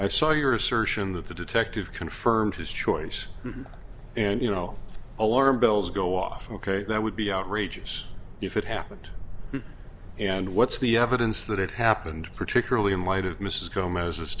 i saw your assertion that the detective confirmed his choice and you know alarm bells go off ok that would be outrageous if it happened and what's the evidence that it happened particularly in light of mrs go